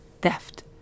theft